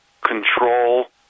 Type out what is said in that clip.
control